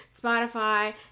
Spotify